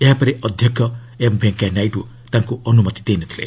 ଏହାପରେ ଅଧ୍ୟକ୍ଷ ଭେଙ୍କିୟା ନାଇଡୁ ତାଙ୍କୁ ଅନୁମତି ଦେଇ ନ ଥିଲେ